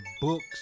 books